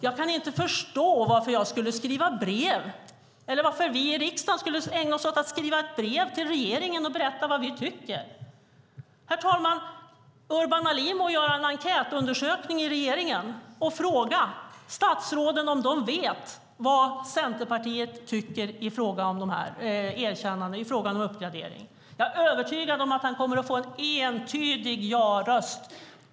Jag kan inte förstå varför jag eller vi i riksdagen skulle ägna oss åt att skriva ett brev till regeringen och berätta vad vi tycker. Urban Ahlin kan göra en enkätundersökning i regeringen och fråga statsråden om de vet vad Centerpartiet tycker i frågan om uppgradering. Jag är övertygad om att han kommer att få en entydig jaröst.